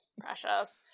Precious